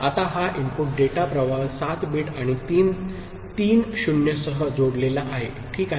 आता हा input data प्रवाह 7 बिट आणि 3 तीन 0 सह जोडलेला आहे ठीक आहे